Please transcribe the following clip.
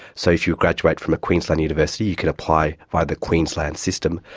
so if you graduate from a queensland university you can apply via the queensland system,